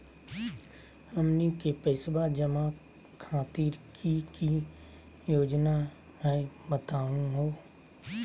हमनी के पैसवा जमा खातीर की की योजना हई बतहु हो?